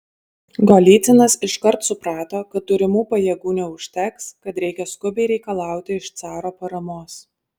golycinas iškart suprato kad turimų pajėgų neužteks kad reikia skubiai reikalauti iš caro paramos